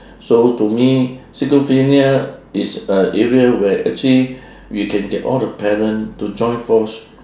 so to me schizophrenia is a area where actually we can get all the parent to join force